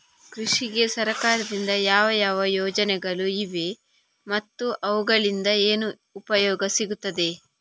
ಕೃಷಿಗೆ ಸರಕಾರದಿಂದ ಯಾವ ಯಾವ ಯೋಜನೆಗಳು ಇವೆ ಮತ್ತು ಅವುಗಳಿಂದ ಏನು ಉಪಯೋಗ ಸಿಗುತ್ತದೆ?